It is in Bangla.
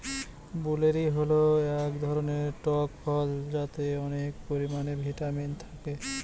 ব্লুবেরি হল এক ধরনের টক ফল যাতে অনেক পরিমানে ভিটামিন থাকে